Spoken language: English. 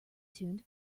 tuned